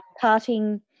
parting